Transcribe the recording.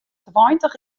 tweintich